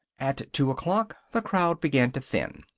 at two o'clock the crowd began to thin.